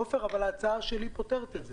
עופר, אבל ההצעה שלי פותרת את זה.